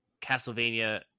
Castlevania